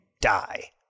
die